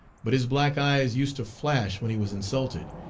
but his black eyes used to flash when he was insulted,